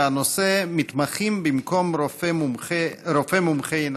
והנושא: מתמחים במקום רופא מומחה עיניים.